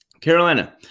Carolina